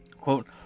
Quote